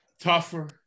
tougher